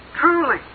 truly